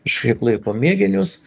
kažkiek laiko mėginius